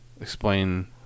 Explain